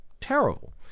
terrible